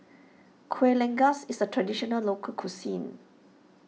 Kuih Lengas is a Traditional Local Cuisine